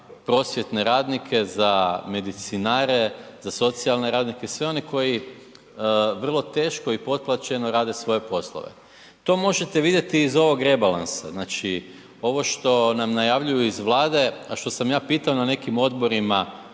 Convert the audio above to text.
prosvjetne radnike, za medicinare, za socijalne radnike i sve oni koji vrlo teško i potplaćeno rade svoje poslove. To možete vidjeti iz ovog rebalansa, znači ovo što nam najavljuju iz Vlade, a što sam ja pitao na nekim odborima